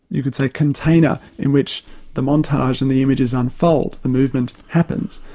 you could say, container in which the montage and the images unfold, the movement happens.